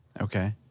Okay